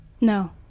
No